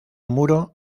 muro